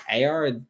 AR